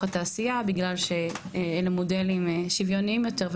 התעשייה בגלל שאלה מודלים שוויוניים יותר,